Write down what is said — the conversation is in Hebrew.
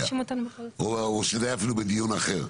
או שזה היה אפילו בדיון אחר,